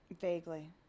vaguely